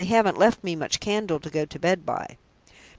they haven't left me much candle to go to bed by.